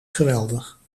geweldig